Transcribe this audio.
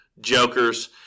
jokers